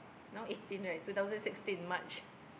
now eighteen right two thousand sixteen March